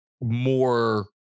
more